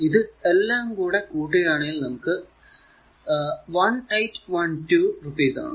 ഇത് എല്ലാം കൂടെ കൂട്ടുകയാണേൽ നമുക്ക് 1812 രൂപ ആണ്